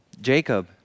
Jacob